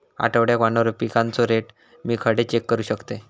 आठवड्याक वाढणारो पिकांचो रेट मी खडे चेक करू शकतय?